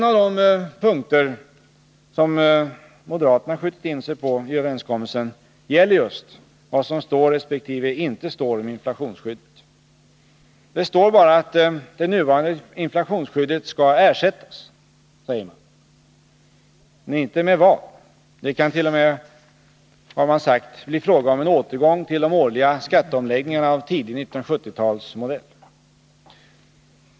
En av de punkter som moderaterna skjutit in sig på i överenskommelsen gäller just vad som står resp. inte står om inflationsskyddet. Det står bara att det nuvarande inflationsskyddet skall ersättas, säger man, men inte med vad. Det kan t.o.m., har man sagt, bli fråga om en återgång till de årliga skatteomläggningarna av tidig 1970-talsmodell.